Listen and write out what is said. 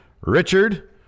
richard